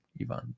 Ivan